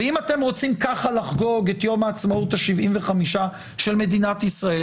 ואם אתם רוצים ככה לחגוג את יום העצמאות ה- 75 של מדינת ישראל,